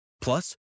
Plus